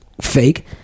fake